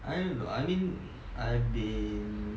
I don't know I mean I've been